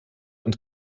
und